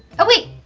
oh wait!